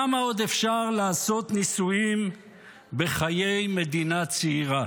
כמה עוד אפשר לעשות ניסויים בחיי מדינה צעירה?